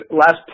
last